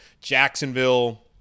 Jacksonville